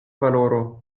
valoro